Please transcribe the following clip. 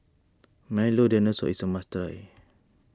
Milo Dinosaur is a must try